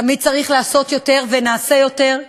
תמיד צריך לעשות יותר, ונעשה יותר.